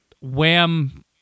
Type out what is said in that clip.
wham